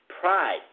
pride